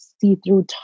see-through